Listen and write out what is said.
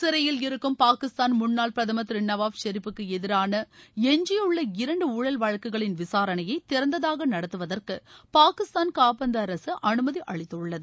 சிறையில் இருக்கும் பாகிஸ்தான் முன்னாள் பிரதமா் திரு நவாஸ் ஷெரீப் க்கு எதிரான எஞ்சியுள்ள இரண்டு ஊழல் வழக்குகளின் விசாரணையை திறந்ததாக நடத்துவதற்கு பாகிஸ்தான் காபந்து அரசு அனுமதி அளித்துள்ளது